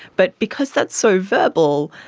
but because that's so verbal,